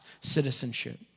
citizenship